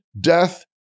death